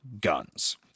guns